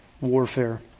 warfare